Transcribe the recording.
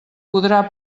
podrà